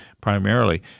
primarily